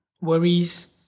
worries